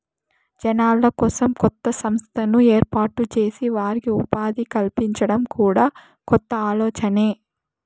జనాల కోసం కొత్త సంస్థను ఏర్పాటు చేసి వారికి ఉపాధి కల్పించడం కూడా కొత్త ఆలోచనే